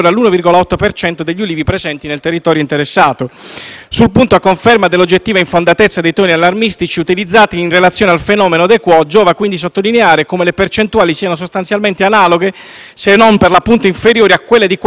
Sul punto, a conferma dell'oggettiva infondatezza dei toni allarmistici utilizzati in relazione al fenomeno *de quo*, giova sottolineare come le percentuali siano sostanzialmente analoghe - se non, per l'appunto, inferiori - a quelle di quattro anni fa, periodo in cui è stata accertata la comparsa del batterio in Puglia.